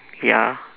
ya